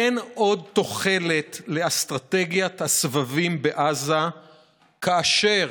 אין עוד תוחלת לאסטרטגיית הסבבים בעזה כאשר